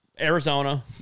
Arizona